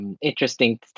Interesting